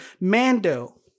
Mando